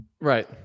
Right